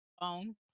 phone